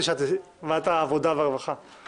אם